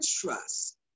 trust